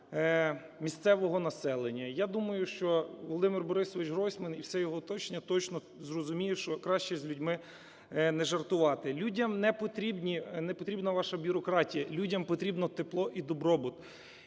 місцевого населення. Я думаю, що Володимир Борисович Гройсман і все його оточення точно зрозуміють, що краще з людьми не жартувати. Людям не потрібні, не потрібна ваша бюрократія, людям потрібне тепло і добробут,